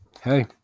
hey